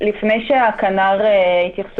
לפני שהכנ"ר יתייחס,